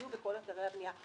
יהיו בכל אתרי הבנייה.